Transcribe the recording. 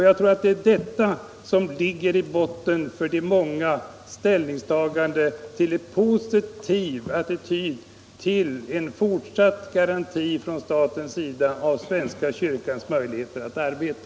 Jag tror att det är detta som ligger i botten för de många ställningstagandena för en positiv attityd till fortsatt garanti från statens sida för svenska kyrkans möjligheter att arbeta.